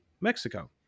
Mexico